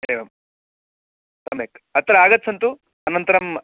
एवं सम्यक् अत्र आगच्छन्तु अनन्तरम्